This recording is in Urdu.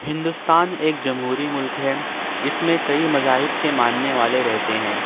ہندوستان ایک جمہوری ملک ہے اس میں کئی مذاہب کے ماننے والے رہتے ہیں